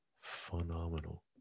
phenomenal